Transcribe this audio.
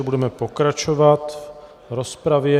Budeme pokračovat v rozpravě.